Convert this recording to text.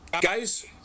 Guys